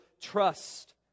trust